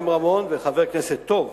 וחבר כנסת טוב,